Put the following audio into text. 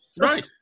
Right